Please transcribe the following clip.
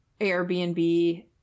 Airbnb